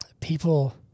people